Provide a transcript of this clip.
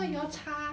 mm